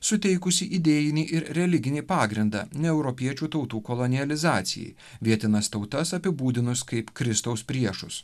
suteikusį idėjinį ir religinį pagrindą neeuropiečių tautų kolonializacijai vietines tautas apibūdinus kaip kristaus priešus